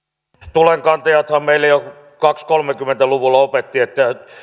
tulenkantajathan meille jo kaksikymmentä viiva kolmekymmentä luvulla opettivat että